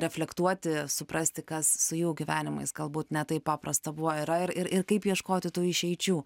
reflektuoti suprasti kas su jų gyvenimais galbūt ne taip paprasta buvo yra ir ir kaip ieškoti tų išeičių